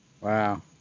Wow